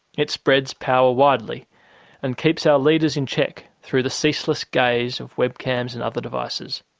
it spreads power widely and keeps our leaders in check through the ceaseless gaze of webcams and other devices.